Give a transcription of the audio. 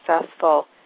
successful